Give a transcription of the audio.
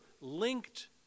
linked